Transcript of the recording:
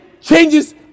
changes